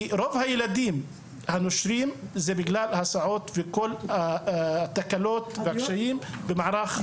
כי הסיבה לנשירה של רוב הילדים היא נושא ההסעות והקשיים במערך ההסעות.